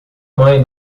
mãe